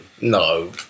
No